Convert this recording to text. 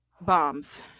bombs